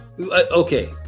Okay